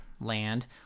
land